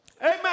Amen